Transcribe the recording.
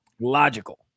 logical